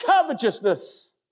covetousness